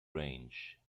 range